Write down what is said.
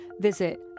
visit